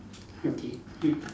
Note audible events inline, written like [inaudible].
okay [noise]